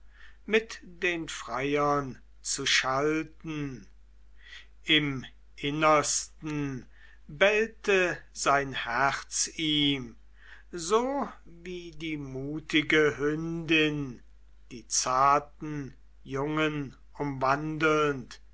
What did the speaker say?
mit den freiern zu schalten im innersten bellte sein herz ihm so wie die mutige hündin die zarten jungen umwandelnd